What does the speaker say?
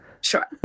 Sure